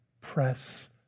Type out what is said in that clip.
press